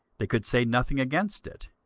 they could say nothing against it.